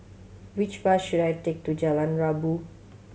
which bus should I take to Jalan Rabu